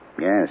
Yes